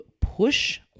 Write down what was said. push